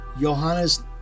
Johannes